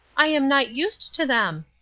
i am not used to them!